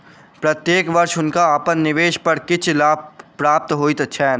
प्रत्येक वर्ष हुनका अपन निवेश पर किछ लाभ प्राप्त होइत छैन